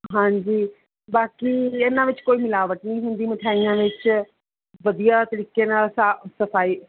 ਹਾਂਜੀ ਬਾਕੀ ਇਹਨਾਂ ਵਿੱਚ ਕੋਈ ਮਿਲਾਵਟ ਨਹੀਂ ਹੁੰਦੀ ਮਠਿਆਈਆਂ ਵਿੱਚ ਵਧੀਆ ਤਰੀਕੇ ਨਾਲ ਸਾ ਸਫਾਈ